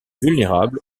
vulnérable